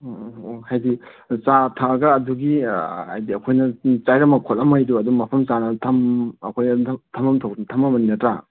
ꯑꯪ ꯑꯪ ꯑꯣ ꯍꯥꯏꯗꯤ ꯆꯥ ꯊꯛꯑꯒ ꯑꯗꯨꯒꯤ ꯍꯥꯏꯗꯤ ꯑꯩꯈꯣꯏꯅ ꯆꯥꯏꯔꯝꯕ ꯈꯣꯠꯂꯕꯈꯩꯗꯣ ꯑꯗꯨꯝ ꯃꯐꯝ ꯆꯥꯅ ꯊꯝ ꯑꯩꯈꯣꯏ ꯑꯗꯨꯝ ꯊꯝꯝ ꯊꯣꯛꯄꯗꯨ ꯊꯝꯃꯝꯅꯤ ꯅꯠꯇ꯭ꯔꯥ